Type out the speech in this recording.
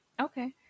Okay